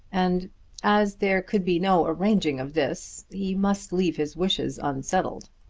and as there could be no arranging of this, he must leave his wishes unsettled.